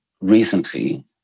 recently